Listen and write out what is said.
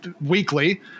weekly